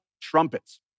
Trumpets